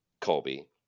Colby